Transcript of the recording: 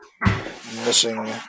missing